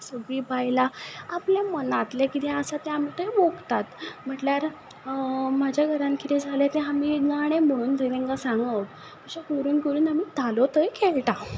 सगलीं बायलां आपलें मनांतलें किदें आसा आमी तें ओंकतात म्हटल्यार म्हज्या घरा किदें जालें तें आमी गाणें म्हणून थंय तेंकां सांगप अशें करून करून आमी धालो थंय खेळटा